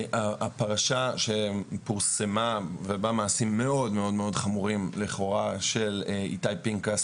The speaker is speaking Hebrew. הפרשה שפורסמה חשפה מעשים חמורים מאוד לכאורה של איתי פנקס